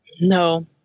No